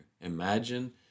Imagine